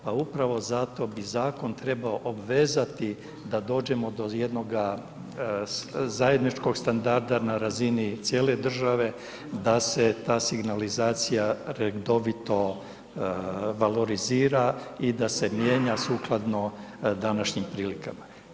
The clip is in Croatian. Pa upravo zato bi zakon trebao obvezati da dođemo do jednoga zajedničkog standarda na razini cijele države da se ta signalizacija redovito valorizira i da se mijenja sukladno današnjim prilikama.